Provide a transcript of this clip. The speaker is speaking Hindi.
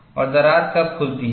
और दरार कब खुलती है